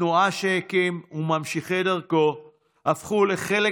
התנועה שהקים וממשיכי דרכו הפכו לחלק